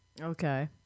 Okay